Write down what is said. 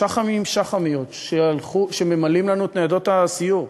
שח"מים, שח"מיות, שממלאים לנו את ניידות הסיור.